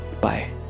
Bye